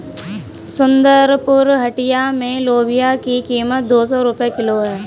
सुंदरपुर हटिया में लोबिया की कीमत दो सौ रुपए किलो है